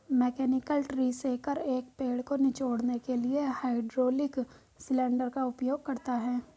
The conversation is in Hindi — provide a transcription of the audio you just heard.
मैकेनिकल ट्री शेकर, एक पेड़ को निचोड़ने के लिए हाइड्रोलिक सिलेंडर का उपयोग करता है